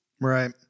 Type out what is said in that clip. Right